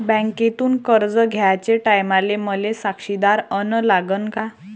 बँकेतून कर्ज घ्याचे टायमाले मले साक्षीदार अन लागन का?